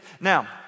now